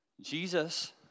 Jesus